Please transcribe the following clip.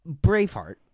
Braveheart